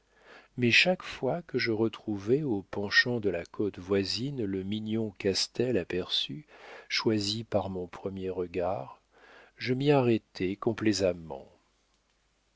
mais chaque fois que je retrouvais au penchant de la côte voisine le mignon castel aperçu choisi par mon premier regard je m'y arrêtais